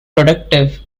productive